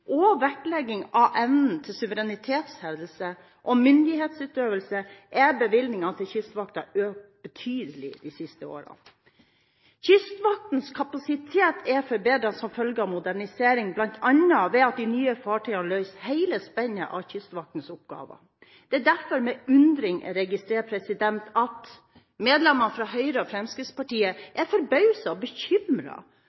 og vektlegging av evnen til suverenitetshevdelse og myndighetsutøvelse er bevilgningene til Kystvakten økt betydelig de siste årene. Kystvaktens kapasitet er forbedret som følge av modernisering, bl.a. ved at de nye fartøyene løser hele spennet av kystvaktens oppgaver. Det er derfor med undring jeg registrerer at medlemmene fra Høyre og Fremskrittspartiet